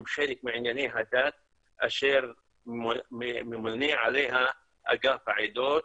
חלק מענייני הדת אשר ממונה עליה אגף העדות.